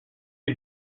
you